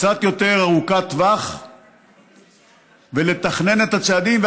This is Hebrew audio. קצת יותר ארוכת טווח ולתכנן את הצעדים.